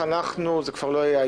הזה,